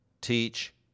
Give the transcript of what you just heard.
teach